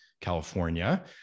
California